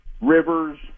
Rivers